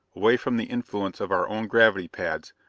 away from the influence of our own gravity pads,